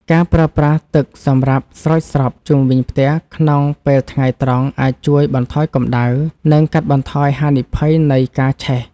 ការប្រើប្រាស់ទឹកសម្រាប់ស្រោចស្រពជុំវិញផ្ទះក្នុងពេលថ្ងៃត្រង់អាចជួយបន្ថយកម្តៅ និងកាត់បន្ថយហានិភ័យនៃការឆេះ។